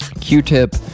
Q-Tip